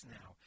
now